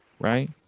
Right